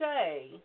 say